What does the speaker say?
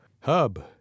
Hub